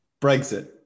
Brexit